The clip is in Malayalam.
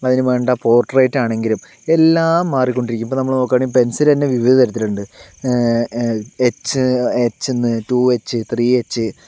അതിനു വേണ്ട പോർട്രേറ്റ് ആണെങ്കിലും എല്ലാം മാറിക്കൊണ്ടിരിക്കും ഇപ്പോൾ നമ്മൾ നോക്കുകയാണെങ്കിൽ പെൻസിൽ തന്നെ വിവിധതരത്തിലുണ്ട് എച്ച് എച്ച്ന്ന് ടു എച്ച് ത്രീ എച്ച്